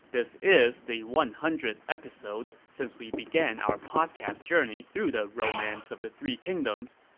this is the one hundredth episode since we began our podcast journey through the romance of the three kingdoms.